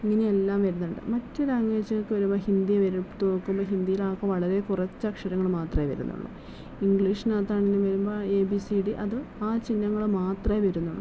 ഇങ്ങനെയെല്ലാം വരുന്നുണ്ട് മറ്റ് ലാംഗ്വേജ്കൾക്ക് വരുമ്പോൾ ഹിന്ദി വരും നോക്കുമ്പോൾ ഹിന്ദീല് വളരെ കുറച്ചക്ഷരങ്ങൾ മാത്രമേ വരുന്നുള്ളു ഇംഗ്ലീഷിനകത്താണെങ്കിൽ വരുമ്പോൾ എ ബി സി ഡി അത് ആ ചിഹ്നങ്ങൾ മാത്രമേ വരുന്നുള്ളു